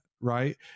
right